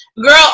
girl